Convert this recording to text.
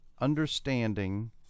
understanding